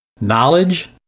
knowledge